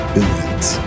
Billions